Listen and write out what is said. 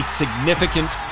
significant